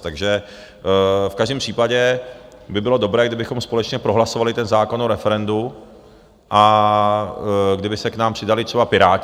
Takže v každém případě by bylo dobré, kdybychom společně prohlasovali ten zákon o referendu a kdyby se k nám přidali třeba Piráti.